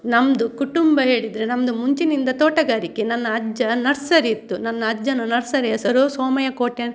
ನಮ್ಮದು ಕುಟುಂಬ ಹೇಳಿದರೆ ನಮ್ಮದು ಮುಂಚಿನಿಂದ ತೋಟಗಾರಿಕೆ ನನ್ನ ಅಜ್ಜ ನರ್ಸರಿ ಇತ್ತು ನನ್ನ ಅಜ್ಜನ ನರ್ಸರಿಯ ಹೆಸರು ಸೋಮಯ್ಯ ಕೋಟ್ಯಾನ್